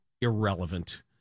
irrelevant